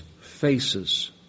faces